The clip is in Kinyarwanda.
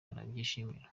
arabyishimira